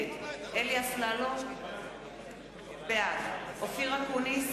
אורון, בעד זבולון אורלב,